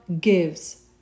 gives